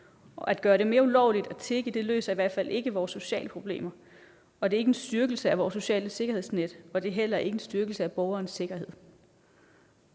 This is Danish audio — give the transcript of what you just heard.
At gøre det mere ulovligt at tigge, løser i hvert fald ikke vores sociale problemer. Og det er ikke en styrkelse af vores sociale sikkerhedsnet, og det er heller ikke en styrkelse af borgernes sikkerhed,